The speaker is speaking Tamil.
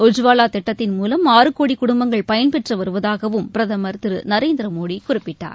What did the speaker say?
உஜ்வாவா திட்டத்தின் மூலம் ஆறு கோடி குடும்பங்கள் பயன்பெற்று வருவதாக பிரதமர் திரு நரேந்திரமோடி குறிப்பிட்டார்